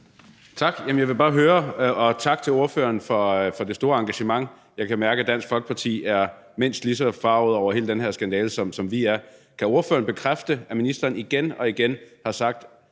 Marcus Knuth (KF): Tak. Og tak til ordføreren for det store engagement. Jeg kan mærke, at Dansk Folkeparti er mindst lige så forargede over hele den her skandale, som vi er. Kan ordføreren bekræfte, at ministeren igen og igen har sagt,